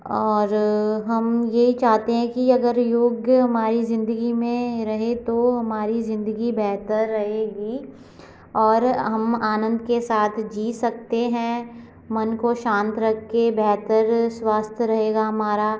और हम ये चाहते हैं कि अगर योग्य हमारी ज़िंदगी में रहे तो हमारी ज़िंदगी बेहतर रहेगी और हम आनंद के साथ जी सकते हैं मन को शांत रख के बेहतर स्वास्थ्य रहेगा हमारा